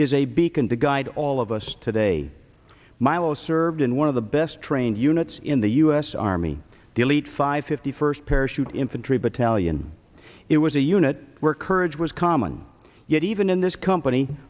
to guide all of us today milo served in one of the best trained units in the u s army delete five fifty first parachute infantry battalion it was a unit where courage was common yet even in this company